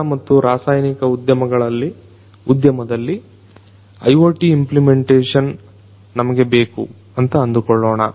ತೈಲ ಮತ್ತು ರಾಸಾಯನಿಕ ಉದ್ಯಮದಲ್ಲಿ IoT ಇಂಪ್ಲಿಮೆಂಟೇಶನ್ ನಮಗೆ ಬೇಕುಅಂತ ಅಂದುಕೊಳ್ಳೋಣ